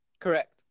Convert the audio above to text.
correct